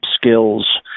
skills